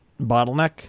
bottleneck